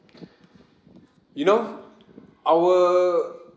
you know our